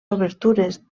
obertures